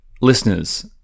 listeners